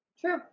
True